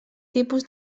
tipus